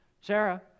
Sarah